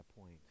point